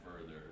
further